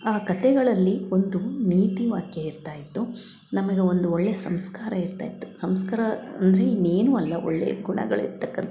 ಆ ಕಥೆಗಳಲ್ಲಿ ಒಂದು ನೀತಿವಾಕ್ಯ ಇರ್ತಾ ಇತ್ತು ನಮಗೆ ಒಂದು ಒಳ್ಳೆ ಸಂಸ್ಕಾರ ಇರ್ತಾ ಇತ್ತು ಸಂಸ್ಕಾರ ಅಂದರೆ ಇನ್ನೇನು ಅಲ್ಲ ಒಳ್ಳೆ ಗುಣಗಳಿರ್ತಕ್ಕಂತ